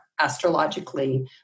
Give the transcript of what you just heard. astrologically